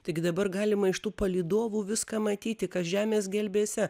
taigi dabar galima iš tų palydovų viską matyti kas žemės gelmėse